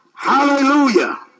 Hallelujah